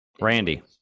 randy